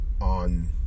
on